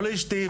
לא לאשתי,